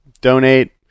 Donate